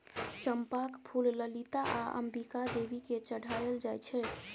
चंपाक फुल ललिता आ अंबिका देवी केँ चढ़ाएल जाइ छै